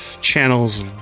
channels